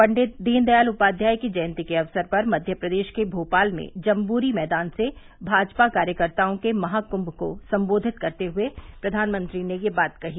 पंडित दीन दयाल उपाध्याय की जयंती के अवसर पर मध्य प्रदेश के भोपाल में जम्बूरी मैदान से भाजपा कार्यकर्ताओं के महाकुंम को संबोधित करते हुए प्रघानमंत्री ने यह बात कही